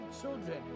children